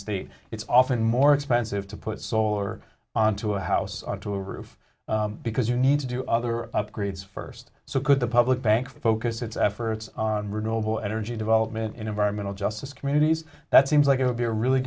state it's often more expensive to put solar onto a house onto a roof because you need to do other upgrades first so could the public bank focus its efforts on renewable energy development in environmental justice communities that seems like it would be a really